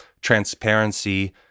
transparency